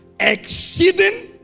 exceeding